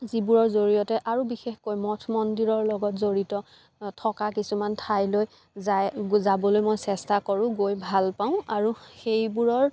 যিবোৰৰ জৰিয়তে আৰু বিশেষকৈ মঠ মন্দিৰৰ লগত জড়িত থকা কিছুমান ঠাইলৈ যায় যাবলৈ মই চেষ্টা কৰোঁ গৈ ভাল পাওঁ আৰু সেইবোৰৰ